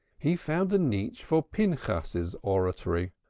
he found a niche for pinchas's oratory.